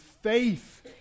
faith